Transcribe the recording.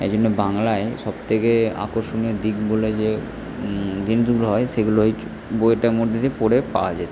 তাই জন্য বাংলায় সব থেকে আকর্ষণীয় দিক বলে যে জিনিসগুলো হয় সেগুলো ওই চু বইটার মধ্যে দিয়ে পড়ে পাওয়া যেতো